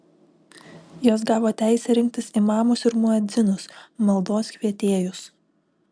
jos gavo teisę rinktis imamus ir muedzinus maldos kvietėjus